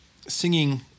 Singing